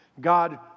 God